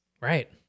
Right